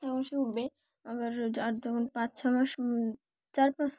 তখন সে উঠবে আবার আর তখন পাঁচ ছ মাস চার পাচ